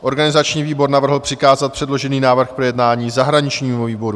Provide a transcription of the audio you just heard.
Organizační výbor navrhl přikázat předložený návrh k projednání zahraničnímu výboru.